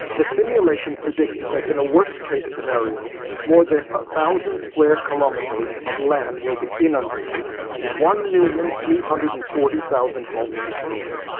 the simulation predicted that in a worst-case scenario more than one ah thousand square kilometres of land will be inundated and one million three hundred and forty thousand homes destroyed.